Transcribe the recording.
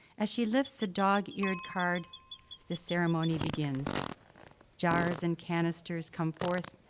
as she lifts the dog-eared card the ceremony begins jars and canisters come forth,